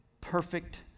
perfect